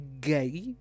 guy